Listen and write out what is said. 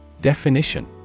Definition